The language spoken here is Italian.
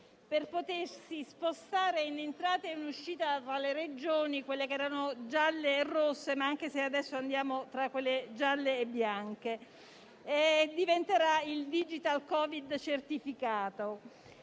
per potersi spostare in entrata e in uscita tra le Regioni, quelle che erano gialle e rosse, anche se adesso ci muoviamo tra quelle gialle e bianche. Diventerà il certificato